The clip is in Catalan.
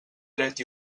dret